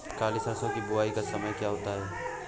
काली सरसो की बुवाई का समय क्या होता है?